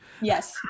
yes